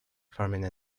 forming